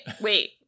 wait